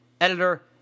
editor